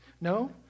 no